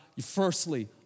firstly